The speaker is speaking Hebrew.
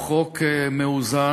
הוא חוק מאוזן,